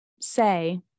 say